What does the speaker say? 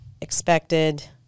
Expected